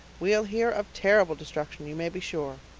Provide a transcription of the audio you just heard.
we'll hear of terrible destruction, you may be sure.